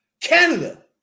Canada